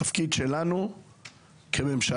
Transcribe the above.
תפקיד שלנו כממשלה,